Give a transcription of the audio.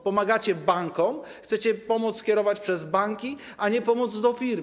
Pomagacie bankom, chcecie pomoc kierować przez banki, a nie do firm.